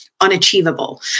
unachievable